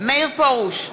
מאיר פרוש,